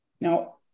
now